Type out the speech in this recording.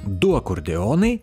du akordeonai